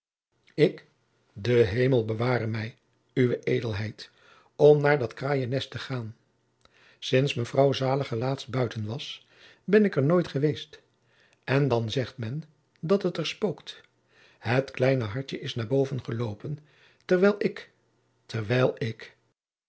ik de hemel beware mij uwe edelheid om naar dat kraaiennest te gaan sints mevrouw zaliger laatst buiten was ben ik er nooit geweest en dan zegt men dat het er spookt het kleine hartje is naar boven geloopen terwijl ik terwijl ik